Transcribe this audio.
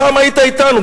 פעם היית אתנו.